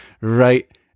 right